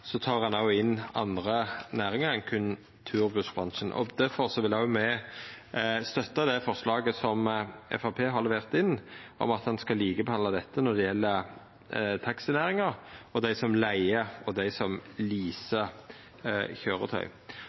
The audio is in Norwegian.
ein òg inn andre næringar enn berre turbussbransjen. Difor vil også me støtta det forslaget som Framstegspartiet har levert inn, om at ein skal likebehandla denne bransjen og taxinæringa og dei som leiger og